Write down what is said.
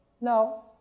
No